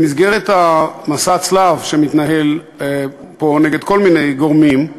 במסגרת מסע הצלב שמתנהל פה נגד כל מיני גורמים,